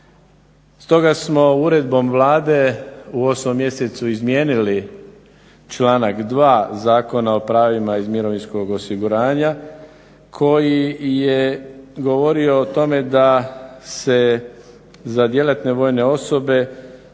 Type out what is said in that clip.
Stoga smo uredbom Vlade u 8.mjesecu izmijenili članak 2. Zakona o pravima iz mirovinskog osiguranja koji je govorio o tome da se za djelatne vojne osobe